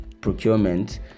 procurement